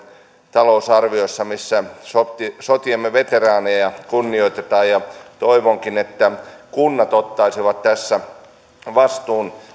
talousarviossa missä sotiemme veteraaneja kunnioitetaan toivonkin että kunnat ottaisivat tässä vastuun